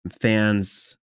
fans